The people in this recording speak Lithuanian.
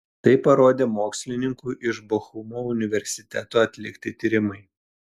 tai parodė mokslininkų iš bochumo universiteto atlikti tyrimai